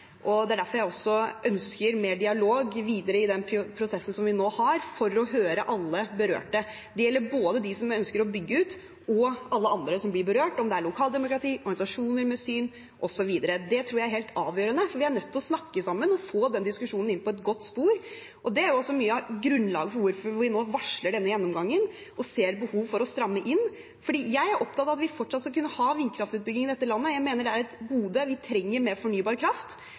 Det er også derfor jeg ønsker mer dialog videre i prosessen vi nå har, for å høre alle berørte. Det gjelder både dem som ønsker å bygge ut, og alle andre som blir berørt – om det er lokaldemokrati, organisasjoner med syn osv. Det tror jeg er helt avgjørende, for vi er nødt til å snakke sammen og få diskusjonen inn på et godt spor. Det er mye av grunnlaget for at vi nå varsler denne gjennomgangen og ser behov for å stramme inn. Jeg er opptatt av at vi fortsatt skal kunne ha vindkraftutbygging i dette landet. Jeg mener det er et gode; vi trenger mer fornybar kraft.